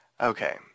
Okay